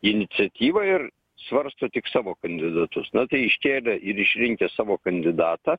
iniciatyvą ir svarsto tik savo kandidatus na tai iškėlę ir išrinkę savo kandidatą